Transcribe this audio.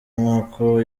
nk’uko